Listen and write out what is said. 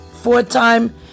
Four-time